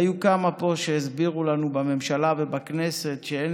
היו כמה פה שהסבירו לנו בממשלה ובכנסת שאין